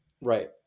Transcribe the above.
Right